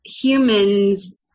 humans